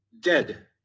dead